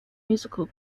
musical